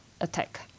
attack